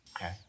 Okay